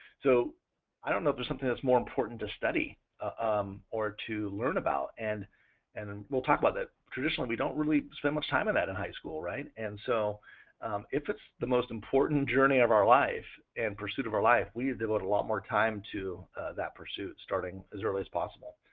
so i don't know if there's something that's more important to study um or to learn about and and and we'll talk about that. traditionally, we don't really spend much time on that in high school, right? and so if it's the most important journey of our life and pursuit of our life we'd devote a lot more time to that pursuit starting as early as possible.